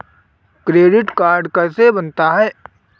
Credit card कैसे बनता है?